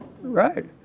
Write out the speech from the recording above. Right